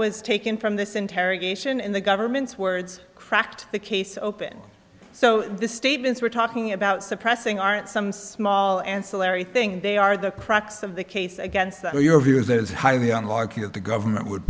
was taken from this interrogation in the government's words cracked the case open so the statements we're talking about suppressing aren't some small ancillary thing they are the crux of the case against your view is that it's highly unlikely that the government would